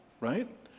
right